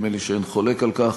נדמה לי שאין חולק על כך.